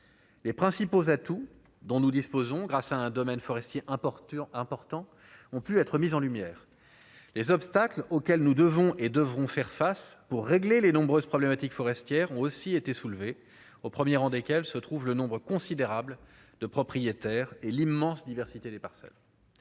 Les principaux atouts dont nous disposons, grâce à un domaine forestier important importants ont pu être mis en lumière les obstacles auxquels nous devons et devront faire face pour régler les nombreuses problématiques forestières ont aussi été soulevée au 1er rang desquels se trouve le nombre considérable de propriétaires et l'immense diversité des parcelles.